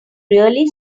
really